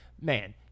Man